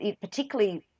particularly